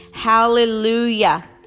Hallelujah